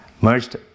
merged